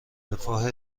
رفاه